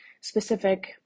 specific